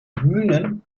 bühnen